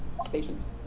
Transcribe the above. Stations